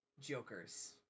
Jokers